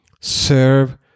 Serve